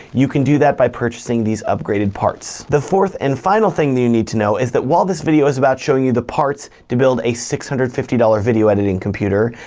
you can do that by purchasing these upgraded parts. the fourth and final thing that you need to know is that while this video is about showing you the parts to build a six hundred and fifty dollars video editing computer,